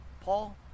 Paul